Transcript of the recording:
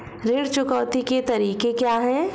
ऋण चुकौती के तरीके क्या हैं?